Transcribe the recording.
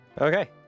Okay